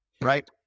right